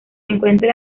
encuentra